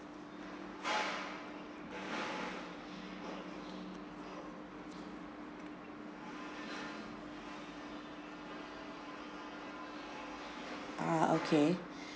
ah okay